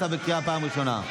אתה בקריאה פעם ראשונה.